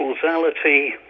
causality